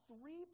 three